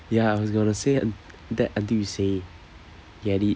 ya I was going to say that until you say get it